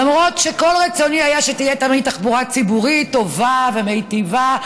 למרות שכל רצוני היה שתהיה תמיד תחבורה ציבורית טובה ומיטיבה,